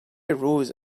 arose